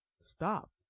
Stop